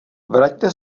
vraťte